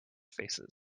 faces